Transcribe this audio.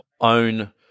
own